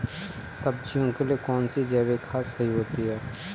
सब्जियों के लिए कौन सी जैविक खाद सही होती है?